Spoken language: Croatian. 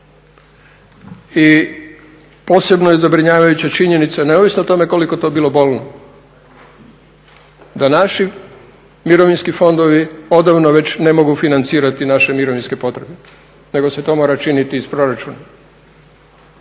I posebno je zabrinjavajuća činjenica neovisno o tome koliko to bilo bolno da naši mirovinski fondovi odavno već ne mogu financirati naše mirovinske potrebe nego se to mora činiti iz proračuna